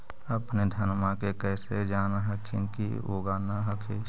अपने धनमा के कैसे जान हखिन की उगा न हखिन?